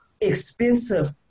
expensive